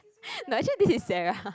no actually this is Sarah